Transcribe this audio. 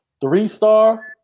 Three-star